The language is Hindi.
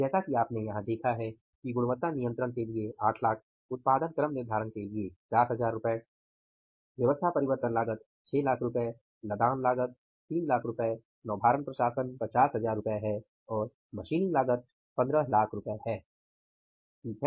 जैसा कि आपने यहाँ देखा है कि गुणवत्ता नियंत्रण के लिए 800000 उत्पादन क्रम निर्धारण के लिए 50000 रु व्यवस्था परिवर्तन लागत 600000 रु लदान लागत 300000 रु नौभारण प्रशासन 50000 रु है और मशीनिंग लागत 1500000 रु है ठीक है